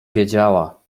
wiedziała